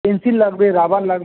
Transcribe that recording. pencil লাগবে rubber লাগবে